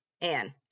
Anne